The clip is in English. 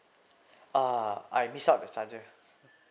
uh I miss out the charger